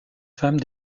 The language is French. femme